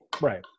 Right